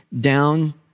down